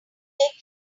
take